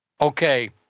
okay